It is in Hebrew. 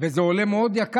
וזה מאוד יקר.